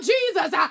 Jesus